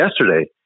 yesterday